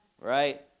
right